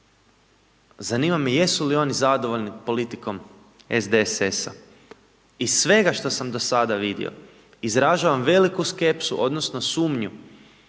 zanima me jesu li oni zadovoljni politikom SDSS-a? Iz svega što sam do sada vidio, izražavam veliku skepsu odnosno sumnju